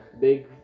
Big